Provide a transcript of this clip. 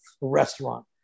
restaurant